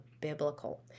biblical